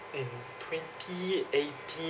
in twenty eighteen